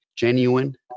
Genuine